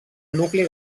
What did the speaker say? nucli